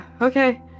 okay